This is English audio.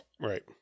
Right